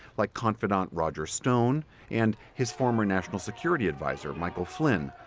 like confidant roger stone and his former national security adviser michael flynn,